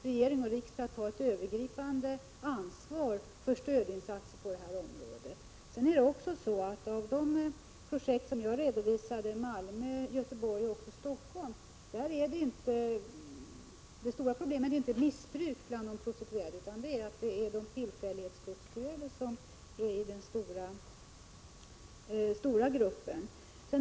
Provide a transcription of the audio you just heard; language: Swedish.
Regering och riksdag bör därför ta ett övergripande ansvar för stödinsatser på det här området. I de projekt i Malmö, Göteborg och Stockholm som jag har redovisat framkommer vidare att det stora problemet inte är missbruk bland de prostituerade, utan att den stora gruppen utgörs av tillfällighetsprostituerade.